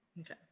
Okay